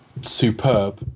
superb